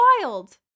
wild